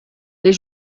les